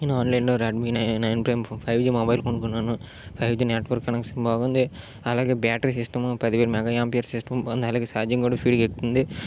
నేను ఆన్లైన్లో Redmi nine nine prime five G mobile కొనుక్కున్నాను ఫైవ్జి నెట్వర్క్ కనెక్షన్ బాగుంది అలాగే బ్యాటరీ సిస్టమ్ పదివేలు మెగా ఆంపియర్ సిస్టమ్ అలగే ఛార్జింగ్ కూడా స్పీడుగా ఎక్కుతుంది